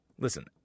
listen